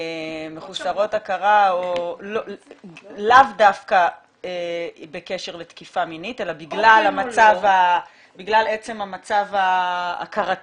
מחוסרות הכרה או לאו דווקא בקשר לתקיפה מינית אלא בגלל עצם המצב ההכרתי,